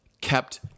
kept